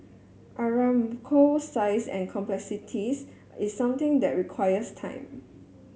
Aramco's size and complexities is something that requires time